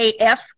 AF-